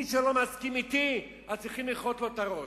מי שלא מסכים אתי, צריכים לכרות לו את הראש.